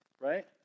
right